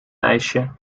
ijsje